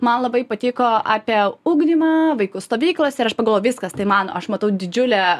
man labai patiko apie ugdymą vaikų stovyklose ir aš pagalvojau viskas tai mano aš matau didžiulę